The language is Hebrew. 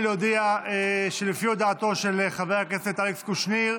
הריני להודיע שלפי הודעתו של חבר הכנסת אלכס קושניר,